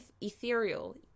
ethereal